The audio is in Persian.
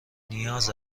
نیاز